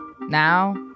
Now